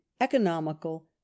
economical